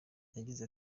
yagize